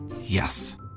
Yes